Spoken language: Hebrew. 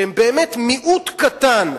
שהן באמת מיעוט קטן,